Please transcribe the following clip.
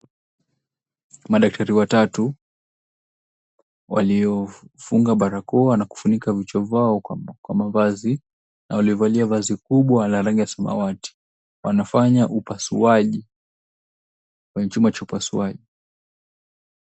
Madaktari watatu waliofunga barakoa na kufunika vichwa vyao kwa mavazi na waliovalia vazi kubwa la rangi ya samawati wanafanya upasuaji kwenye chumba cha upasuaji.